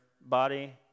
body